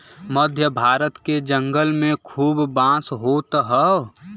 मध्य भारत के जंगल में खूब बांस होत हौ